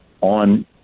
on